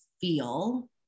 feel